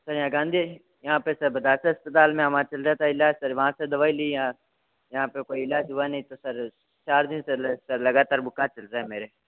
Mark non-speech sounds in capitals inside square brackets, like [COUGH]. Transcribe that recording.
[UNINTELLIGIBLE] यहाँ पर सर [UNINTELLIGIBLE] अस्पताल में हमारा चल रहा था इलाज सर वहाँ से दवाई लिया यहाँ पर कोई इलाज हुआ नहीं तो सर चार दिन से सर लगातार बुखार चल रहा है मेरे